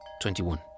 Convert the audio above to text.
Twenty-one